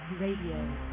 Radio